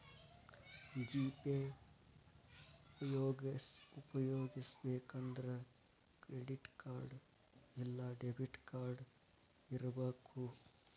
GPay ಉಪ್ಯೊಗಸ್ಬೆಕಂದ್ರ credit card ಇಲ್ಲಾ debit card ಇರಬಕು